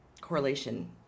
correlation